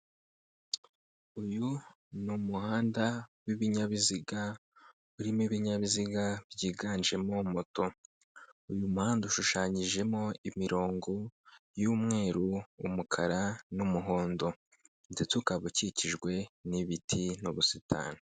Uyu ni umuhanda w'ibinyabiziga urimo ibinyabiziga byiganjemo moto. Uyu muhanda ushushanyijemo imirongo y'umweru, umukara n'umuhondo ndetse ukaba ukikijwe n'ibiti n'ubusitani.